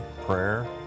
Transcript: prayer